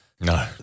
No